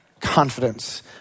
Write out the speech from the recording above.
confidence